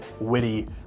witty